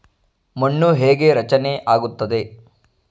ಮಣ್ಣು ಹೇಗೆ ರಚನೆ ಆಗುತ್ತದೆ?